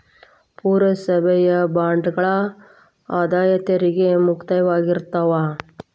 ಪುರಸಭೆಯ ಬಾಂಡ್ಗಳ ಆದಾಯ ತೆರಿಗೆ ಮುಕ್ತವಾಗಿರ್ತಾವ